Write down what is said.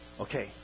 Okay